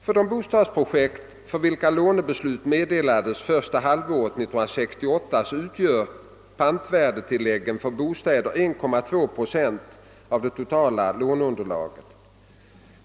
För de bostadsprojekt för vilka lånebeslut meddelades första halvåret 1968 utgör pantvärdetilläggen för bostäderna 1,2 procent av det totala låneunderlaget.